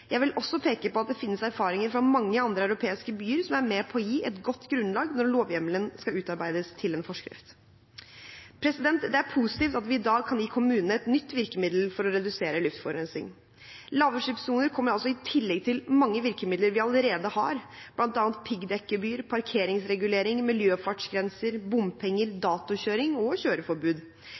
Jeg vil også peke på at det finnes erfaringer fra mange andre europeiske byer som er med på å gi et godt grunnlag når lovhjemmelen skal utarbeides til en forskrift. Det er positivt at vi i dag kan gi kommunene et nytt virkemiddel for å redusere luftforurensning. Lavutslippssoner kommer altså i tillegg til mange virkemidler vi allerede har, bl.a. piggdekkgebyr, parkeringsregulering, miljøfartsgrenser, bompenger, datokjøring og kjøreforbud.